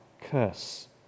curse